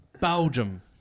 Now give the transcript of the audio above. Belgium